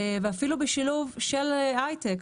ואפילו בשילוב של היי-טק,